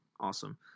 Awesome